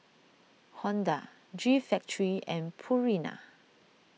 Honda G Factory and Purina